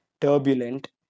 turbulent